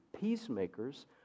peacemakers